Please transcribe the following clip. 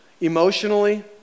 emotionally